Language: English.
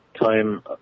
time